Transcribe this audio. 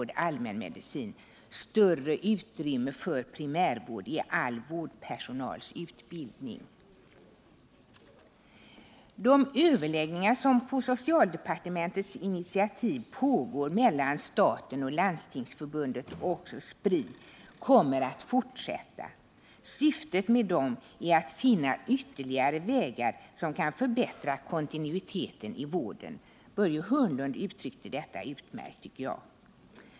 De överläggningar som på socialdepartementets initiativ pågår mellan staten, Landstingsförbundet och Spri kommer att fortsätta. Syftet med dem är att finna ytterligare vägar att förbättra kontinuiteten i vården — Börje Hörnlund uttryckte detta utmärkt, tycker jag.